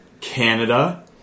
Canada